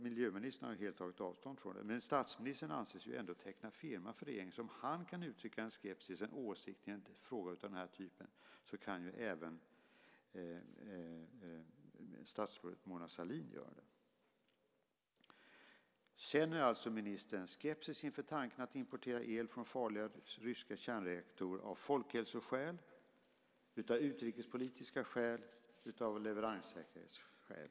Miljöministern har helt tagit avstånd från den, men trots allt anses ju statsministern teckna firma för regeringen. Om han kan uttrycka en skepsis, en åsikt, i en fråga av det här slaget kan även statsrådet Mona Sahlin göra det. Är ministern alltså skeptisk inför tanken att importera el från farliga ryska kärnreaktorer - av folkhälsoskäl, av utrikespolitiska skäl och av leveranssäkerhetsskäl?